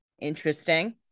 Interesting